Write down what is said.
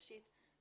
ראשית,